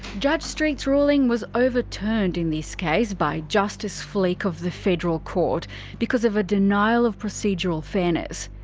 judge street's ruling was overturned in this case by justice flick of the federal court because of a denial of procedural fairness.